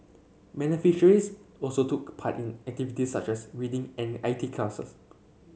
beneficiaries also took part in activities such as reading and I T classes